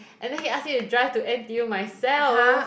and then he ask me to drive to N_T_U myself